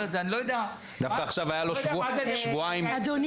אני לא יודע מה זה --- דווקא עכשיו היה לו שבועיים --- אדוני,